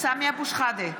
סמי אבו שחאדה,